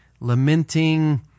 lamenting